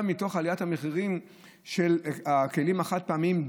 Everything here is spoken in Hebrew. מעליית המחירים של הכלים החד-פעמיים,